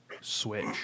switch